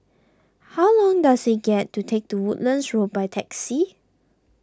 how long does it get to take to Woodlands Road by taxi